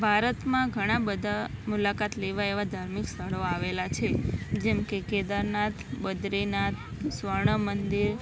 ભારતમાં ઘણાં બધાં મુલાકાત લેવાય એવા ધાર્મિક સ્થળો આવેલાં છે જેમ કે કેદારનાથ બદ્રીનાથ સ્વર્ણ મંદિર